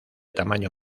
tamaño